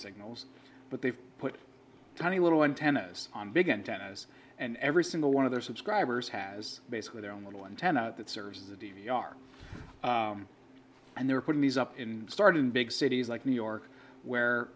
signals but they've put tiny little antennas on big and tennis and every single one of their subscribers has basically their own little intent that serves the d v r and they're putting these up in start in big cities like new york where